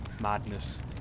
madness